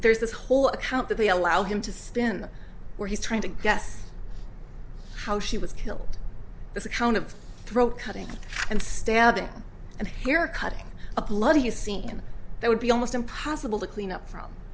there's this whole account that they allow him to spin where he's trying to guess how she was killed this account of throat cutting and stabbing and you're cutting a bloody scene that would be almost impossible to clean up from